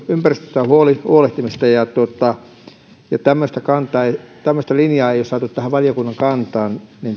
ympäristöstä huolehtimista ja tämmöistä linjaa ei ole saatu tähän valiokunnan kantaan niin